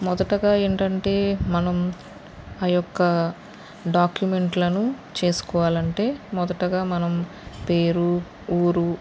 మొదటగా ఏంటంటే మనం ఆ యొక్క డాక్యుమెంట్లను చేసుకోవాలంటే మొదటగా మనం పేరు ఊరు